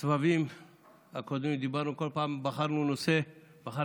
בסבבים הקודמים בחרנו נושא בכל פעם,